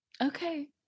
Okay